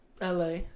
LA